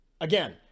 Again